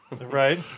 Right